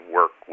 work